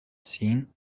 seen